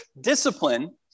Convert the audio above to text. discipline